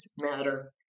matter